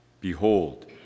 Behold